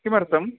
किमर्थम्